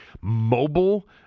mobile